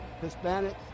Hispanic